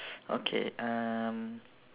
okay um